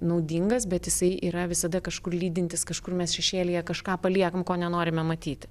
naudingas bet jisai yra visada kažkur lydintis kažkur mes šešėlyje kažką paliekam ko nenorime matyti